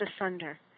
asunder